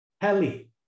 Heli